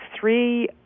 three